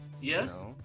Yes